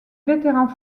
vétérans